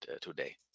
today